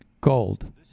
gold